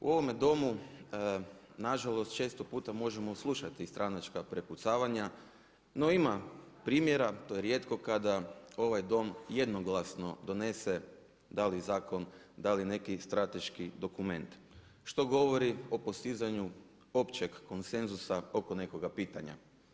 U ovome Domu na žalost često puta možemo slušati i stranačka prepucavanja, no ima primjera, to je rijetko kada ovaj Dom jednoglasno donese da li zakon, da li neki strateški dokument što govori o postizanju općeg konsenzusa oko nekoga pitanja.